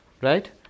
Right